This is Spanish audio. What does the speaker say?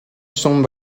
son